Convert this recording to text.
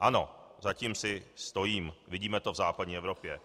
Ano, za tím si stojím, vidíme to v západní Evropě.